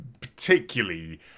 particularly